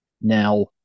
now